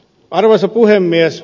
arvoisa puhemies